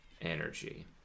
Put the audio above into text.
energy